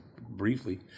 briefly